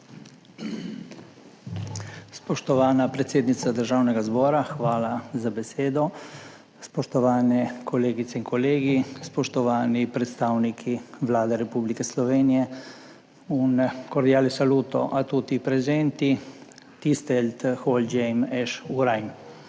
Spoštovana predsednica Državnega zbora, hvala za besedo. Spoštovani kolegice in kolegi, spoštovani predstavniki Vlade Republike Slovenije! Un cordiale saluto a tutti presenti! Tisztelt Hölgyeim és Uraim!